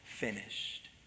finished